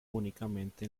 únicamente